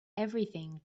everything